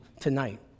tonight